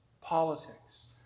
politics